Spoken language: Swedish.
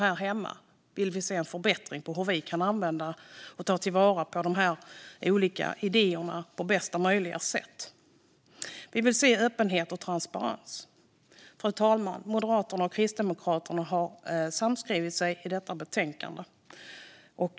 Här hemma vill vi se en förbättring av hur vi kan använda och ta vara på de olika idéerna på bästa möjliga sätt. Vi vill se öppenhet och transparens. Fru talman! Moderaterna och Kristdemokraterna har samskrivit sig i detta betänkande.